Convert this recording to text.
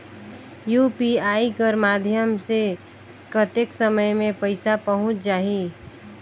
UPI कर माध्यम से कतेक समय मे पइसा पहुंच जाहि?